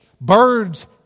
Birds